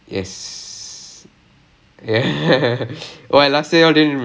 instruments finally finally